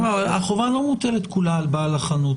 החובה לא מוטלת כולה על בעל החנות.